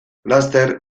laster